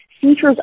features